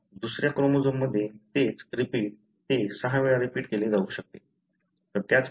पण दुसर्या क्रोमोझोम्समध्ये तेच रिपीट ते 6 वेळा रिपीट केले जाऊ शकते